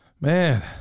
man